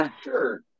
Sure